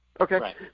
Okay